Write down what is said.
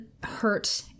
hurt